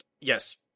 Yes